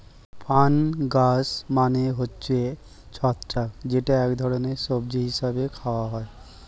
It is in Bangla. ফানগাস মানে হচ্ছে ছত্রাক যেটা এক ধরনের সবজি হিসেবে খাওয়া হয়